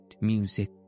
music